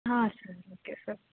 ಹಾಂ sir okay sir